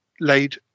laid